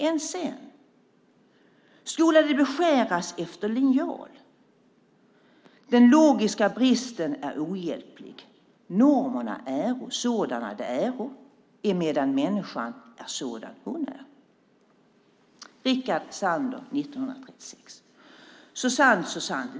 Än sen, skola de beskäras efter linjal? Den logiska bristen är ohjälplig. Normerna äro sådana de äro, emedan människan är sådan hon är." Så skrev Rickard Sandler 1936. Så sant, så sant.